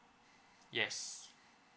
yes